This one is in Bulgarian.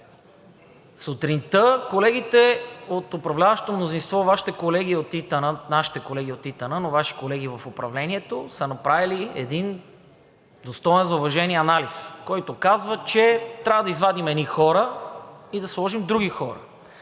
Сутринта колегите от управляващото мнозинство, Вашите колеги от ИТН, нашите колеги от ИТН, но Ваши колеги в управлението, са направили един достоен за уважение анализ, който казва, че трябва да извадим едни хора и да сложим други хора.